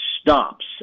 stops